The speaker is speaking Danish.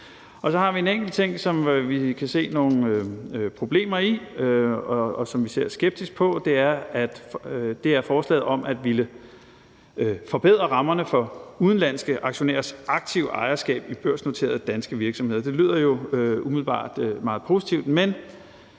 Så har vi en enkelt ting, som vi kan se nogle problemer i, og som vi ser skeptisk på. Det er forslaget om at ville forbedre rammerne for udenlandske aktionærers aktive ejerskab i børsnoterede danske virksomheder. Det lyder jo umiddelbart meget positivt, men